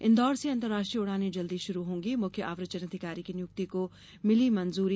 इन्दौर से अंतर्राष्ट्रीय उड़ाने जल्दी शुरू होंगी मुख्य आव्रजन अधिकारी की नियुक्ति को मिली मंजूरी